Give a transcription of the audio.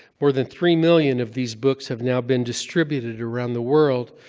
more than three million of these books have now been distributed around the world.